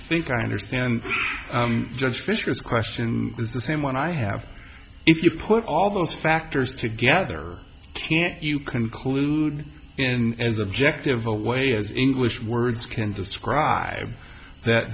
think i understand just fisher's question is the same one i have if you put all those factors together can't you conclude in as objective a way as english words can describe that